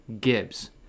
Gibbs